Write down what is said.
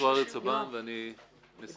אריה צבן ואני נשיא